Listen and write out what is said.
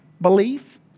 belief